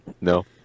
No